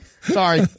Sorry